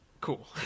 Cool